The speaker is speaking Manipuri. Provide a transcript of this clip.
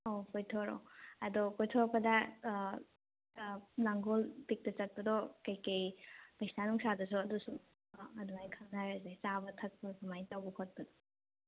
ꯑꯥꯥꯎ ꯀꯣꯏꯊꯣꯔꯛꯑꯣ ꯑꯗꯣ ꯀꯣꯏꯊꯣꯔꯛꯄꯗ ꯂꯥꯡꯒꯣꯜ ꯄꯤꯛꯇ ꯆꯠꯄꯗꯣ ꯀꯔꯤ ꯀꯔꯤ ꯄꯩꯁꯥ ꯅꯨꯡꯁꯥꯗꯨꯁꯨ ꯑꯗꯨꯁꯨ ꯑꯗꯨꯃꯥꯏꯅ ꯈꯟꯅꯔꯁꯦ ꯆꯥꯕ ꯊꯛꯄ ꯀꯃꯥꯏꯅ ꯇꯧꯕ ꯈꯣꯠꯄꯗꯣ